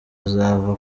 aza